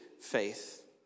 faith